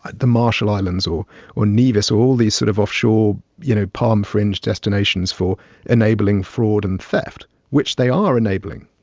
ah the marshall islands or or nevis or all these sort of offshore, you know, palm-fringed destinations for enabling fraud and theft which they are enabling,